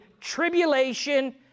tribulation